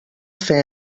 fer